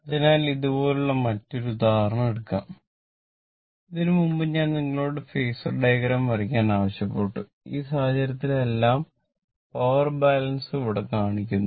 അതിനാൽ ഇതുപോലുള്ള മറ്റൊരു ഉദാഹരണം എടുക്കാം ഇതിന് മുമ്പ് ഞാൻ നിങ്ങളോട് ഫേസർ ഡയഗ്രം ഇവിടെ കാണിക്കുന്നു